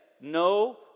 no